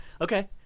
Okay